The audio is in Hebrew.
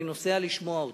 אני נוסע לשמוע אותו.